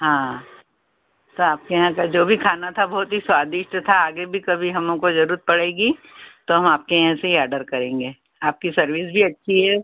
हाँ तो आपके यहाँ का जो भी खाना था बहुत ही स्वादिष्ट था आगे भी कभी हमको जरूरत पड़ेगी तो हम आपके यहाँ से ही आर्डर करेंगे आपकी सर्विस भी अच्छी है